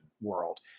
world